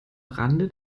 rande